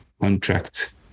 contract